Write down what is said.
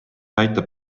aitab